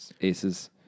aces